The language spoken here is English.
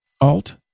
Alt